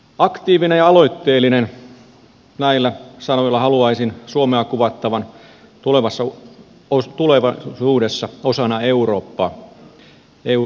aktiivinen ja aloitteellinen näillä sanoilla haluaisin suomea kuvattavan tulevaisuudessa osana eurooppaa euroopan yhteisöä